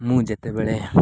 ମୁଁ ଯେତେବେଳେ